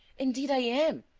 indeed i am,